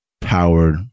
powered